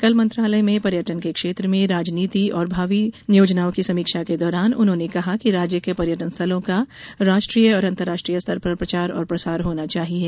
कल मंत्रालय में पर्यटन के क्षेत्र में रणनीति और भावी योजनाओं की समीक्षा के दौरान उन्होंने कहा कि राज्य के पर्यटन स्थलों का राष्ट्रीय और अंतर्राष्ट्रीय स्तर पर प्रचार प्रसार होना चाहिये